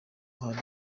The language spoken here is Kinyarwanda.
hari